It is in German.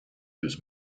des